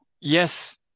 yes